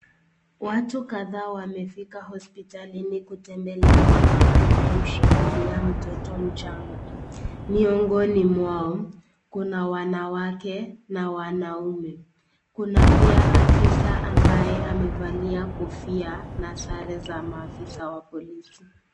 Watu kadhaa wamefika hospitalini kutembelea mama anayemshikilia mtoto mchanga. Miongoni mwao kuna wanawake na wanaume kuna pia afisa ambaye amevalia kofia na sare za maafisa wa polisi.